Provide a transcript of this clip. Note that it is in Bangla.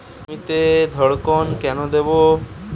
জমিতে ধড়কন কেন দেবো?